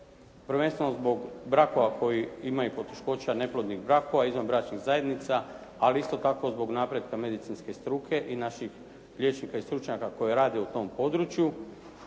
prvenstveno zbog brakova koji imaju poteškoća, neplodnih brakova, izvanbračnih zajednica ali isto tako zbog napretka medicinske struke i naših liječnika i stručnjaka koji rade u tom području,